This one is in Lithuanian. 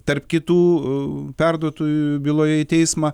tarp kitų perduotųjų byloje į teismą